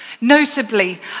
notably